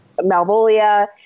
Malvolia